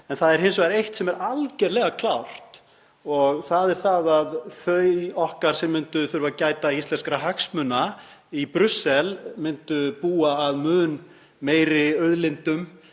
En það er hins vegar eitt sem er algerlega klárt og það er að þau okkar sem myndu þurfa að gæta íslenskra hagsmuna í Brussel myndu búa að mun meiri auðlindum